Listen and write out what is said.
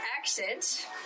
accent